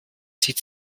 zieht